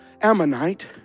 Ammonite